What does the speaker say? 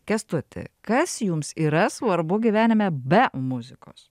kęstuti kas jums yra svarbu gyvenime be muzikos